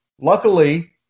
luckily